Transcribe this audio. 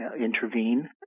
intervene